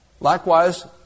Likewise